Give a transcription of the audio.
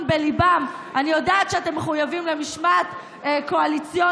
בליבם: אני יודעת שאתם מחויבים למשמעת קואליציונית,